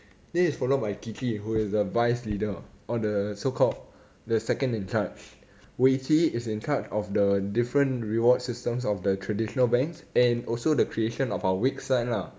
then it's followed by T_T who is the vice leader or the so called the second in charge weiqi is in charge of the different reward systems of the traditional banks and also the creation of our wix site lah